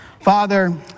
Father